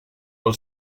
pel